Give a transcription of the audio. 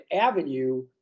avenue